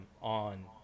on